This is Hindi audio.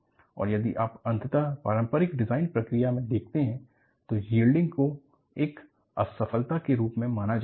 और यदि आप अंततः पारंपरिक डिज़ाइन प्रक्रिया में देखते हैं तो यील्डिंग को एक असफलता के रूप में माना जाता था